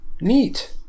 neat